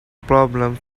problem